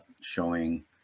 showing